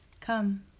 Come